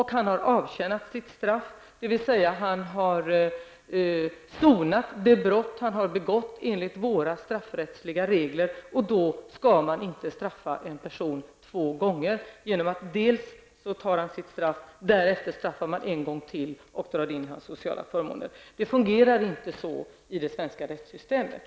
Han har avtjänat sitt straff och sonat det brott han har begått enligt våra straffrättsliga regler. En person skall inte straffas två gånger genom att han dels får ta sitt straff, dels blir bestraffad en gång till genom att man drar in hans sociala förmåner. Det fungerar inte så i det svenska rättssystemet.